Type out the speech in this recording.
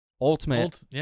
ultimate